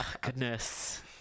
Goodness